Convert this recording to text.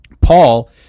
Paul